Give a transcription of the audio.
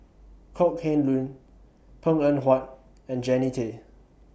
Kok Heng Leun Png Eng Huat and Jannie Tay